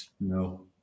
no